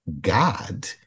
God